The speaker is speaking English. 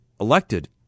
elected